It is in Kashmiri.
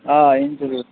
آ اِنٹروِیو